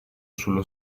sullo